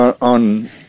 on